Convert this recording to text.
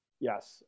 Yes